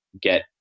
get